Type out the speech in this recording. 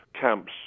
camps